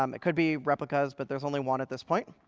um it could be replicas, but there's only one at this point.